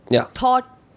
thought